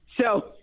So-